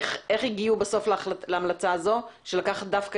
איך הגיעו בסוף להמלצה הזו של לקחת דווקא